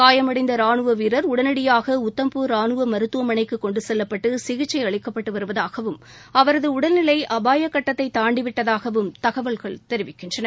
காயமடைந்த ரானுவ வீரர் உடனடியாக உத்தம்பூர் ரானுவ மருத்துவமனைக்கு கொண்டுசெல்லப்பட்டு சிகிச்சை அளிக்கப்பட்டு வருவதாகவும் அவரது உடல்நிலை அபாய கட்டத்தை தாண்டிவிட்டதாகவும் தகவல்கள் தெரிவிக்கின்றன